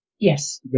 Yes